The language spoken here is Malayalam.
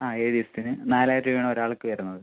ആ ഏഴ് ദിവസത്തിന് നാലായിരം രൂപയാണ് ഒരാൾക്ക് വരുന്നത്